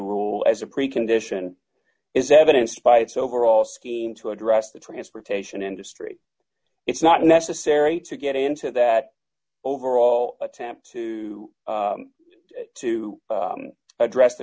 rule as a precondition is evidenced by its overall scheme to address the transportation industry it's not necessary to get into that overall d attempt to to address the